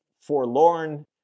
forlorn